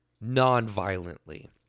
non-violently